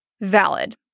valid